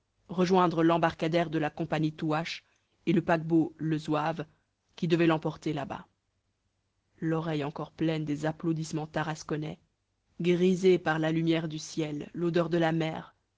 rejoindre l'embarcadère de la compagnie touache et le paquebot le zouave qui devait l'emporter là-bas l'oreille encore pleine des applaudissements tarasconnais grisé par la lumière du ciel l'odeur de la mer